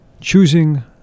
choosing